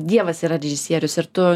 dievas yra režisierius ir tu